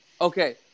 Okay